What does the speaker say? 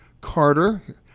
Carter